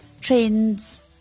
trends